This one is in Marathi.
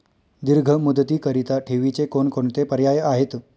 दीर्घ मुदतीकरीता ठेवीचे कोणकोणते पर्याय आहेत?